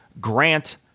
Grant